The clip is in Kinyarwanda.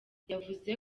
yavuze